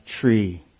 tree